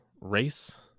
race